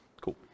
Cool